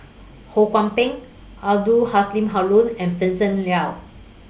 Ho Kwon Ping Abdul Haron and Vincent Leow